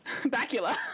bacula